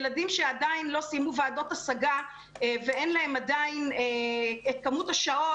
ילדים שעדיין לא קיימו ועדות השגה ואין להם עדיין את כמות השעות